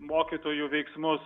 mokytojų veiksmus